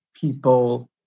people